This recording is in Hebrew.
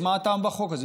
אז מה הטעם בחוק הזה?